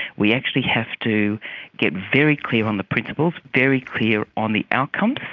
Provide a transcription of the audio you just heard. we actually have to get very clear on the principles, very clear on the outcomes,